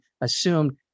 assumed